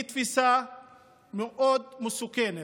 זו תפיסה מאוד מסוכנת.